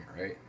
right